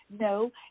No